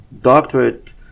doctorate